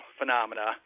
phenomena